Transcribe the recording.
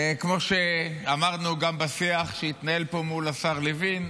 כמו שאמרנו גם בשיח שהתנהל פה מול השר לוין,